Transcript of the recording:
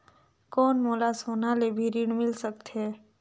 कौन मोला सोना ले भी ऋण मिल सकथे?